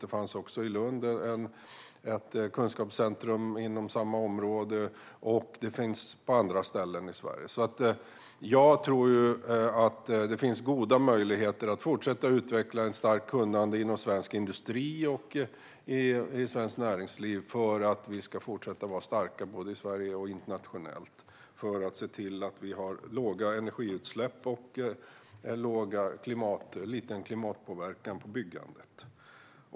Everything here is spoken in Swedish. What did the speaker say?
Även i Lund fanns det ett kunskapscentrum inom samma område, och det finns också på andra ställen i Sverige. Jag tror att det finns goda möjligheter att fortsätta utveckla ett starkt kunnande inom svensk industri och svenskt näringsliv, så att vi kan fortsätta vara starka både i Sverige och internationellt och se till att vi har låga energiutsläpp och liten klimatpåverkan från byggandet.